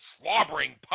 slobbering